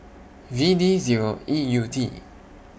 V D Zero E U T